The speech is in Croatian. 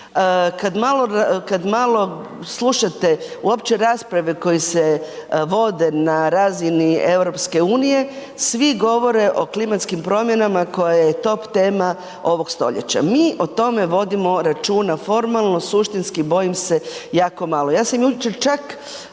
kad malo slušate uopće rasprave koje se vode na razini EU-a, svi govore o klimatskim promjenama koja je top tema ovoga stoljeća. Mi o tome vodimo računa formalno, suštinski i bojim se jako malo. Ja sam jučer čak